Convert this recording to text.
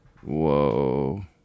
Whoa